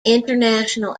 international